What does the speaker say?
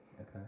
Okay